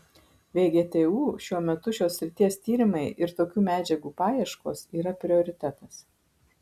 vgtu šiuo metu šios srities tyrimai ir tokių medžiagų paieškos yra prioritetas